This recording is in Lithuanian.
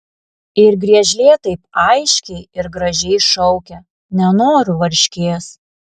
ir griežlė taip aiškiai ir gražiai šaukia nenoriu varškės